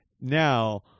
Now